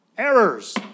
errors